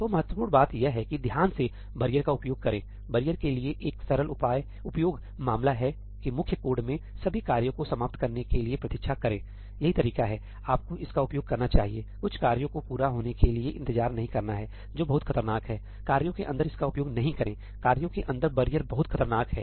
तो महत्वपूर्ण बात यह है कि ध्यान से बैरियर का उपयोग करेंबैरियर के लिए एक सरल उपयोग मामला है कि मुख्य कोड में सभी कार्यों को समाप्त करने के लिए प्रतीक्षा करें यही तरीका है आपको इसका उपयोग करना चाहिए सही कुछ कार्यों को पूरा होने के लिए इंतजार नहीं करना है जो बहुत खतरनाक है कार्यों के अंदर इसका उपयोग नहीं करें कार्यों के अंदर बैरियर बहुत खतरनाक है